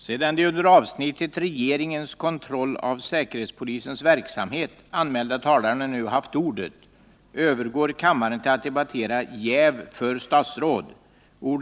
Sedan de under avsnittet Regeringens kontroll av säkerhetspolisens verksamhet anmälda talarna nu haft ordet övergår kammaren till att debattera Jäv för statsråd.